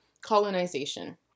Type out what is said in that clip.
colonization